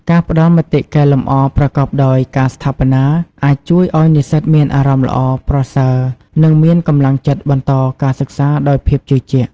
ការផ្តល់មតិកែលម្អប្រកបដោយការស្ថាបនាអាចជួយឱ្យនិស្សិតមានអារម្មណ៍ល្អប្រសើរនិងមានកម្លាំងចិត្តបន្តការសិក្សាដោយភាពជឿជាក់។